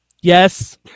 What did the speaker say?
yes